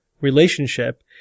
relationship